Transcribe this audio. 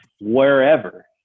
wherever